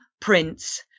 prince